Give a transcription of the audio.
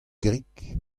grik